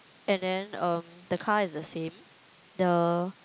and then um the car is the same the